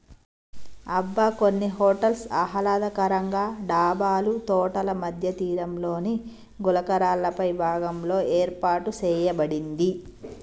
అబ్బ కొన్ని హోటల్స్ ఆహ్లాదకరంగా డాబాలు తోటల మధ్య తీరంలోని గులకరాళ్ళపై భాగంలో ఏర్పాటు సేయబడింది